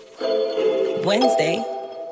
Wednesday